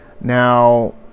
Now